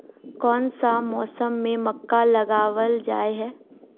कोन सा मौसम में मक्का लगावल जाय है?